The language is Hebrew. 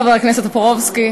חבר הכנסת טופורובסקי,